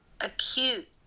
acute